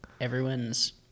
everyone's